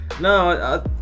No